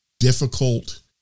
Difficult